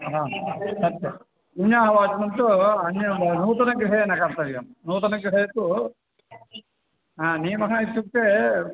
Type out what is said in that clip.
सत्यं पुण्याहवाचनं तु अन्यत् नूतनगृहे न कर्तव्यं नूतनगृहे तु नियमः इत्युक्ते